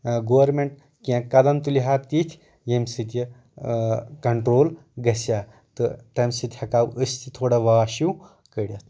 government کیٚنٛہہ قدم تُلہِ ہا تِتھۍ ییٚمہِ سۭتۍ یہِ کَنٹرول گژھِ ہا تہٕ تَمہِ سۭتۍ ہٮ۪کہٕ ہاو أسۍ تہِ تھوڑا واش ہیو کٔڈِتھ